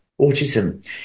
autism